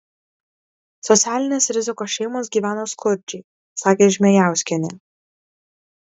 socialinės rizikos šeimos gyvena skurdžiai sakė žmėjauskienė